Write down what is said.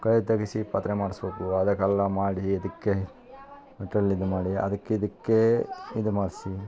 ಕಳೆ ತೆಗ್ಸಿ ಪಾತ್ರೆ ಮಾಡಿಸ್ಬೇಕು ಅದಕ್ಕೆಲ್ಲಾ ಮಾಡಿ ಇದಕ್ಕೆ ಅದ್ರಲ್ಲಿ ಇದು ಮಾಡಿ ಅದಕ್ಕೆ ಇದಕ್ಕೇ ಇದು ಮಾಡಿಸಿ